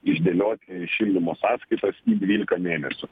išdėlioti šildymo sąskaitas į dvyliką mėnesių